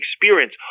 experience